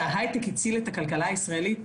שהיי-טק הציל את הכלכלה הישראלית.